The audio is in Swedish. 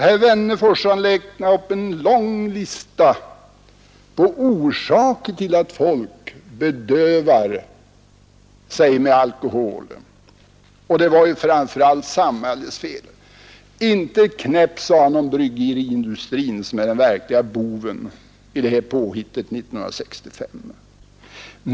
Herr Wennerfors har räknat upp en lång rad orsaker till att folk bedövar sig med alkohol. Framför allt var det samhällets fel. Inte ett knäpp sade han om bryggeriindustrin, som var den verkliga boven i påhittet 1965.